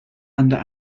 under